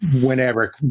whenever